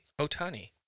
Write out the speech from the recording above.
Otani